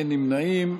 אין נמנעים.